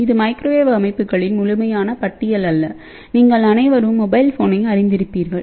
இது மைக்ரோவேவ் அமைப்புகளின் முழுமையான பட்டியல் அல்ல நீங்கள் அனைவரும் மொபைல் ஃபோனை அறிந்திருக்கிறீர்கள்